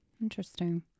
Interesting